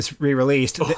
re-released